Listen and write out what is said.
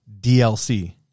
DLC